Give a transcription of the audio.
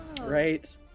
Right